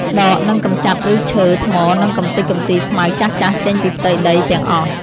ដក និងកម្ចាត់ឫសឈើ ថ្ម និងកម្ទេចកម្ទីស្មៅចាស់ៗចេញពីផ្ទៃដីទាំងអស់។